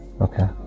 Okay